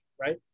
right